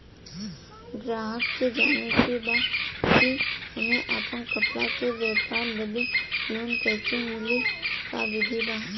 गराहक के जाने के बा कि हमे अपना कपड़ा के व्यापार बदे लोन कैसे मिली का विधि बा?